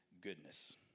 goodness